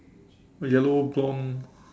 yellow blonde